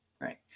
Right